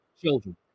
children